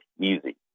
easy